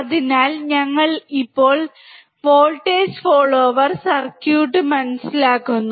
അതിനാൽ ഞങ്ങൾ ഇപ്പോൾ വോൾട്ടേജ് ഫോളോയർ സർക്യൂട്ട് മനസ്സിലാക്കുന്നു